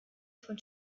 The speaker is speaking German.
von